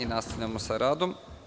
Nastavljamo sa radom.